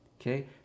Okay